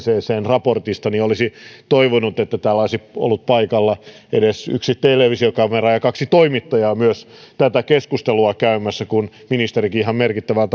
raportista niin olisi toivonut että täällä olisi ollut paikalla edes yksi televisiokamera ja kaksi toimittajaa tätä keskustelua käymässä kun ministerikin ihan merkittävällä